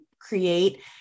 create